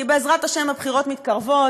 כי בעזרת השם הבחירות מתקרבות,